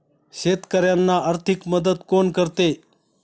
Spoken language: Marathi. शेतकऱ्यांना आर्थिक मदत कोण करते?